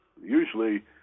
Usually